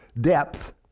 depth